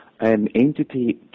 entity